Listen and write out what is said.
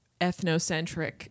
ethnocentric